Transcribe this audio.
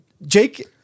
Jake